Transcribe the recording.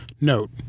Note